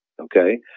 Okay